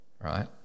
right